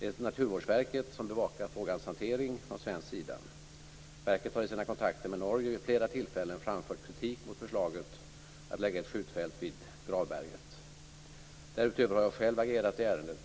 Det är Naturvårdsverket som bevakar frågans hantering från svensk sida. Verket har i sina kontakter med Norge vid flera tillfällen framfört kritik mot förslaget att lägga ett skjutfält vid Gravberget. Därutöver har jag själv agerat i ärendet.